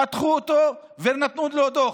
פתחו אותו ונתנו לו דוח.